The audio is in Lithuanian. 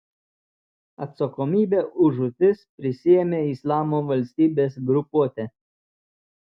atsakomybę už žūtis prisiėmė islamo valstybės grupuotė